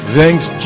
Thanks